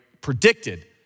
predicted